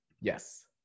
Yes